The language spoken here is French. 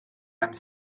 âme